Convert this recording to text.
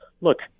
Look